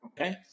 Okay